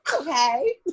okay